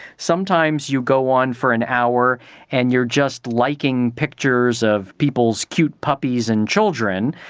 sometimes you go on for an hour and you are just liking pictures of people's cute puppies and children.